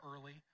early